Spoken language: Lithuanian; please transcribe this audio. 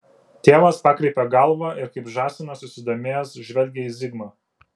tėvas pakreipia galvą ir kaip žąsinas susidomėjęs žvelgia į zigmą